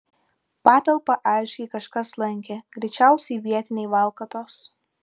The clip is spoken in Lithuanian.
patalpą aiškiai kažkas lankė greičiausiai vietiniai valkatos